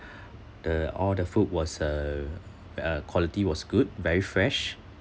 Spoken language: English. the all the food was uh uh quality was good very fresh